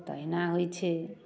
तहिना होइ छै